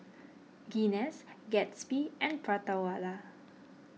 Guinness Gatsby and Prata Wala